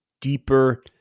deeper